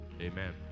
Amen